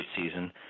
season